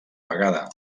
vegada